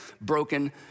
Broken